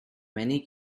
many